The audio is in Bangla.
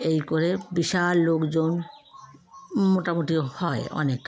এই করে বিশাল লোকজন মোটামুটি হয় অনেক